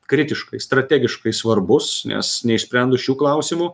kritiškai strategiškai svarbus nes neišsprendus šių klausimų